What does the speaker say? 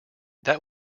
that